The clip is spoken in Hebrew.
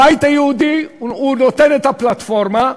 הבית היהודי הוא נותן את הפלטפורמה.